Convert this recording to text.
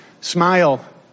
smile